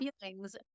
feelings